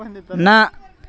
न